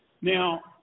Now